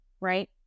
Right